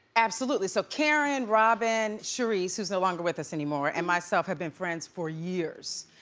absolutely. so karen, robyn, charrisse who is no longer with us anymore, and myself have been friends for years.